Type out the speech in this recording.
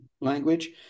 language